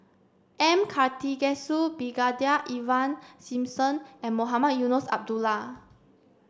M Karthigesu Brigadier Ivan Simson and Mohamed Eunos Abdullah